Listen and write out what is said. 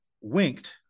winked